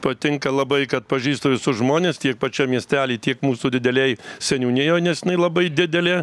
patinka labai kad pažįstu visus žmones tiek pačiam miestely tiek mūsų didelėj seniūnijoj nes jinai labai didelė